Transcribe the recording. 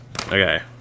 Okay